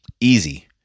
Easy